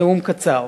נאום קצר.